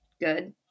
good